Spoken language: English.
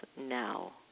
now